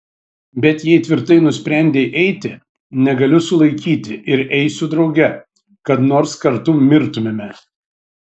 bet jei tvirtai nusprendei eiti negaliu sulaikyti ir eisiu drauge kad nors kartu mirtumėme